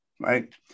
right